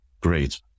Great